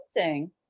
interesting